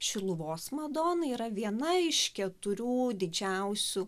šiluvos madonai yra viena iš keturių didžiausių